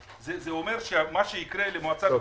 אנחנו מבקשים מה שנוגע למשרד הפנים.